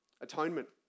Atonement